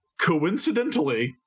coincidentally